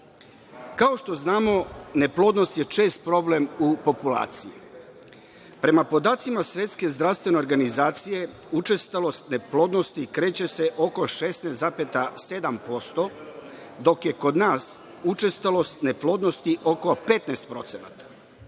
što znamo, neplodnost je čest problem u populaciji. Prema podacima Svetske zdravstvene organizacije učestalost neplodnosti kreće se oko 16,7%, dok je kod nas učestalost neplodnosti oko 15%.